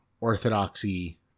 orthodoxy